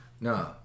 no